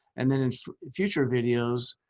and then in future videos,